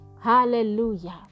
Hallelujah